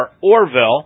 Orville